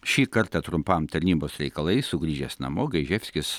šį kartą trumpam tarnybos reikalais sugrįžęs namo gaiževskis